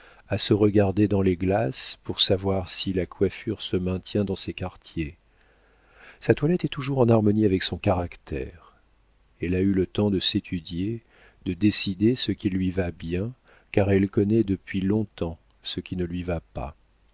à se regarder dans les glaces pour savoir si la coiffure se maintient dans ses quartiers sa toilette est toujours en harmonie avec son caractère elle a eu le temps de s'étudier de décider ce qui lui va bien car elle connaît depuis longtemps ce qui ne lui va pas